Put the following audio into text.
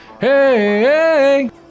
Hey